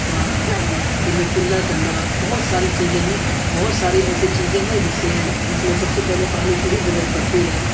پھر کلا کرنا بہت ساری چیزیں ہیں بہت ساری ایسے چیزیں ہیں جس سے جس میں سب سے پہلے پانی کی ہی ضرورت پڑتی ہے